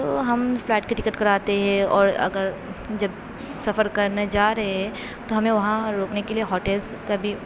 تو ہم فلائٹ کی ٹکٹ کراتے اور اگر جب سفر کرنے جا رہے ہے تو ہمیں وہاں رُکنے کے لیے ہوٹلس کا بھی